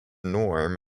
norm